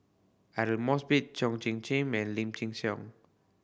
Aidli Mosbit and Lim Chin Siong